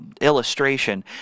illustration